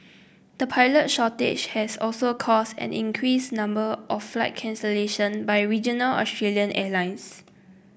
the pilot shortage has also caused an increased number of flight cancellation by regional Australian airlines